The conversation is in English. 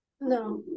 No